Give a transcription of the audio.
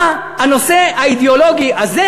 מה הנושא האידיאולוגי הזה,